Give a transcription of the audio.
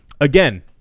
again